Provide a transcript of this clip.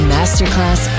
Masterclass